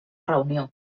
reunió